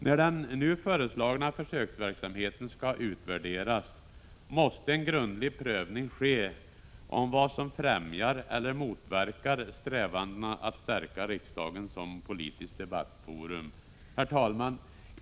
När den nu föreslagna försöksverksamheten skall utvärderas måste en grundlig prövning ske om vad som främjar eller motverkar strävandena att stärka riksdagen som politiskt debattforum. Herr talman!